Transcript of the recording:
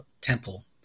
Temple